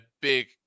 big